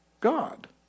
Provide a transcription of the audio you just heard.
God